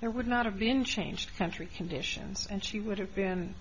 there would not have been changed country conditions and she would have been